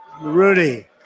Rudy